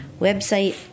Website